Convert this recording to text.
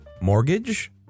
mortgage